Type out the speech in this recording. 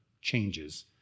changes